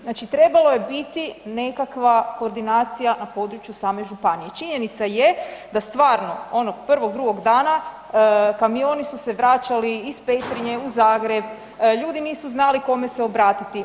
Znači trebalo je biti nekakva koordinacija na području same županije i činjenica je da stvarnog onog prvog, drugog dana, kamioni su se vraćali iz Petrinje u Zagreb, ljudi nisu znali kome se obratiti.